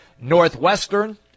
Northwestern